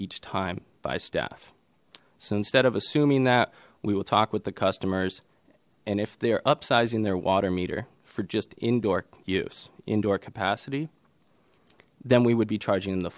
each time by staff so instead of assuming that we will talk with the customers and if they are up sizing their water meter for just indoor use indoor capacity then we would be charging the